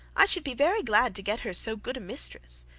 i should be very glad to get her so good a mistress.